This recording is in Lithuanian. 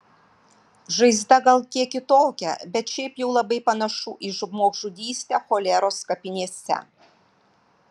žaizda gal kiek kitokia bet šiaip jau labai panašu į žmogžudystę choleros kapinėse